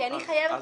כי אני חייבת,